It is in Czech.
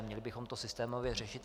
Měli bychom to systémově řešit.